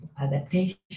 adaptation